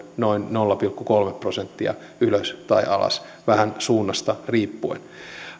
noin nolla pilkku kolme prosenttia ylös tai alas vähän suunnasta riippuen